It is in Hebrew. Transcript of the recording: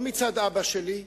לא מצד אבא שלי.